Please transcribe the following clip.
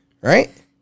right